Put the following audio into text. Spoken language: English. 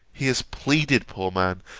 he has pleaded, poor man!